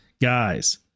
guys